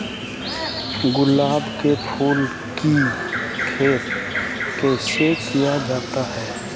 गुलाब के फूल की खेत कैसे किया जाता है?